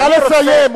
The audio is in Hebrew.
נא לסיים.